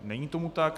Není tomu tak.